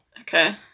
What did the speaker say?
okay